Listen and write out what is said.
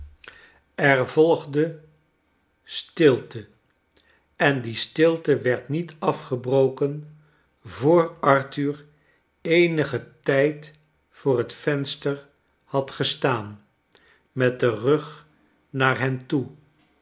er volgde stilte en die stilte werd niet afgebroken voor arthur eenigen tijd voor het venster had gestaan met den rug naar hen toe